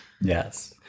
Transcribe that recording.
yes